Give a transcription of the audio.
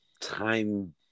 time